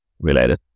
related